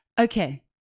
Okay